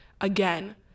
Again